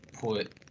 put